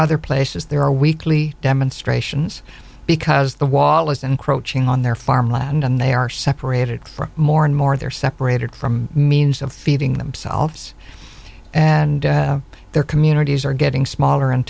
other places there are weekly demonstrations because the wall is encroaching on their farmland and they are separated from more and more they're separated from means of feeding themselves and their communities are getting smaller and